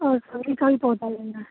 और सब्जी का भी पौधा लेना है